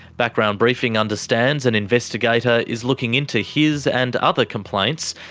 background briefing understands an investigator is looking into his and other complaints,